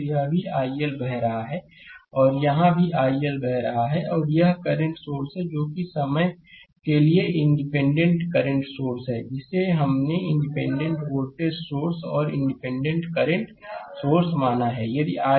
यहाँ भी iL बह रहा है यहाँ भी iL बह रहा है और यह करंट सोर्स जो कि समय के लिए इंडिपेंडेंट करंट सोर्स है जिसे हमने इंडिपेंडेंट वोल्टेज सोर्स और इंडिपेंडेंट करंट सोर्स माना है